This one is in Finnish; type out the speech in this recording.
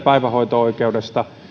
päivähoito oikeudesta